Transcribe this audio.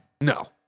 No